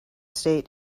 state